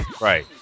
Right